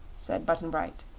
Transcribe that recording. said button-bright.